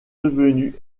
devenue